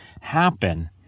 happen